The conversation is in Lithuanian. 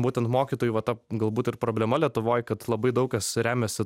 būtent mokytojų va ta galbūt ir problema lietuvoj kad labai daug kas remiasi